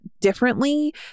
differently